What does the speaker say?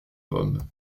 pomme